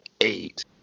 eight